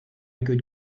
could